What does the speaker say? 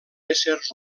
éssers